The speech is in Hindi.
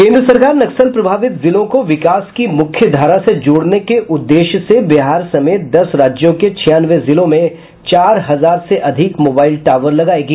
केन्द्र सरकार नक्सल प्रभावित जिलों को विकास की मुख्यधारा से जोड़ने के उददेश्य से बिहार समेत दस राज्यों के छियानवे जिलों में चार हजार से अधिक मोबाईल टावर लगायेगी